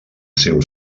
seu